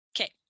okay